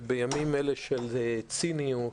בימים אלה של ציניות,